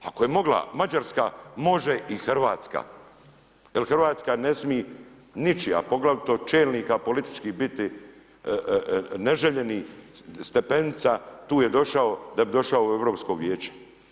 Ako je mogla Mađarska, može i Hrvatska jer Hrvatska ne smije, ničija a poglavito čelnika političkih biti neželjenih stepenica, tu je došao da bi došao u Europsko vijeće.